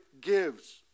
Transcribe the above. gives